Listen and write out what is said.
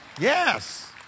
Yes